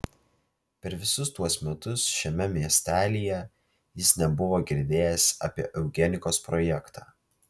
per visus tuos metus šiame miestelyje jis nebuvo girdėjęs apie eugenikos projektą